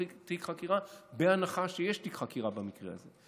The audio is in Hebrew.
החקירה בהנחה שיש תיק חקירה במקרה הזה.